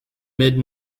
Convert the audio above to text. mid